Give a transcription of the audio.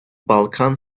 balkan